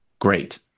Great